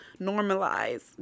normalize